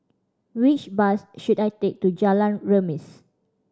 which bus should I take to Jalan Remis